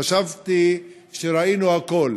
חשבתי שראינו הכול,